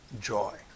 joy